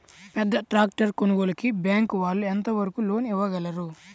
పెద్ద ట్రాక్టర్ కొనుగోలుకి బ్యాంకు వాళ్ళు ఎంత వరకు లోన్ ఇవ్వగలరు?